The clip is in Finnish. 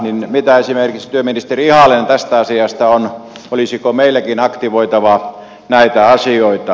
mitä esimerkiksi työministeri ihalainen tästä asiasta on olisiko meilläkin aktivoitava näitä asioita